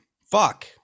fuck